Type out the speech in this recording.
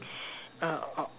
uh or